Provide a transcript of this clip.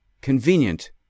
convenient